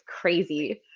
crazy